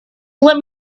let